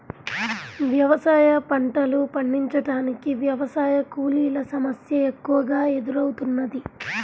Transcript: వ్యవసాయ పంటలు పండించటానికి వ్యవసాయ కూలీల సమస్య ఎక్కువగా ఎదురౌతున్నది